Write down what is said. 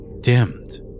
dimmed